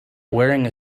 wearing